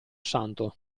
santo